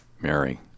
Mary